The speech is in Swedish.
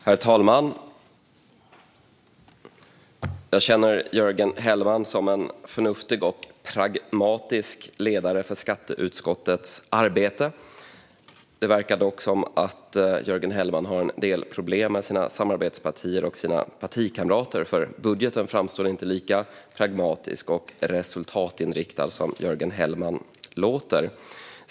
Herr talman! Jag känner Jörgen Hellman som en förnuftig och pragmatisk ledare för skatteutskottets arbete. Det verkar dock som om Jörgen Hellman har en del problem med sina samarbetspartier och partikamrater. Budgeten framstår nämligen inte lika pragmatisk och resultatinriktad som Jörgen Hellman låter.